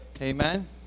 Amen